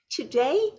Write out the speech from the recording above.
Today